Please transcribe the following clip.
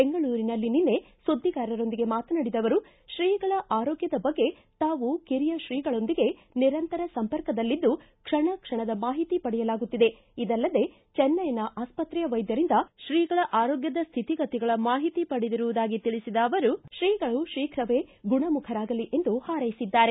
ಬೆಂಗಳೂರಿನಲ್ಲಿ ನಿನ್ನೆ ಸುದ್ದಿಗಾರರೊಂದಿಗೆ ಮಾತನಾಡಿದ ಅವರು ಶ್ರೀಗಳ ಆರೋಗ್ಯದ ಬಗ್ಗೆ ತಾವು ಕಿರಿಯ ಶ್ರೀಗಳೊಂದಿಗೆ ನಿರಂತರ ಸಂಪರ್ಕದಲ್ಲಿದ್ದು ಕ್ಷಣ ಕ್ಷಣದ ಮಾಹಿತಿ ಪಡೆಯಲಾಗುತ್ತಿದೆ ಇದಲ್ಲದೆ ಚೆನ್ನೈನ ಆಸ್ಪತ್ರೆಯ ವೈದ್ಯರಿಂದ ಶ್ರೀಗಳ ಆರೋಗ್ಟದ ಶ್ರಿತಿಗತಿಗಳ ಮಾಹಿತಿ ಪಡೆದಿರುವುದಾಗಿ ತಿಳಿಸಿದ ಅವರು ಶ್ರೀಗಳು ಶೀಘ್ರವೇ ಗುಣಮುಖರಾಗಲಿ ಎಂದು ಹಾರ್ಟೆಸಿದ್ದಾರೆ